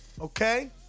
okay